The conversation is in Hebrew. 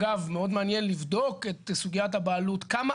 ואגב מאוד מעניין לבדוק את סוגיית הבעלות כמה